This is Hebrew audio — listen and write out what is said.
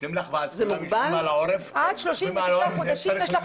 הם יושבים על העורף --- עד 36 חודשים נותנים לך